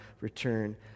return